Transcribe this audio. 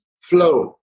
flow